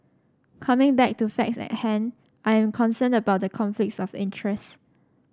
coming back to facts at hand I am concerned about the conflicts of interest